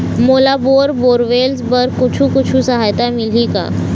मोला bore borewells बर कुछू कछु सहायता मिलही का?